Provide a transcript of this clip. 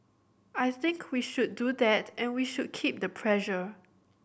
I think we should do that and we should keep the pressure